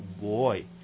boy